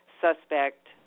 suspect